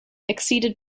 exceeded